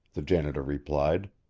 the janitor replied.